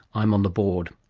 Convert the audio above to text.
i'm on the board